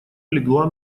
легла